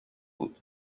بود